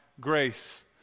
grace